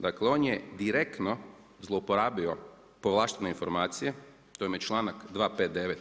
Dakle, on je direktno zlouporabio povlaštene informacije, to vam je čl. 259.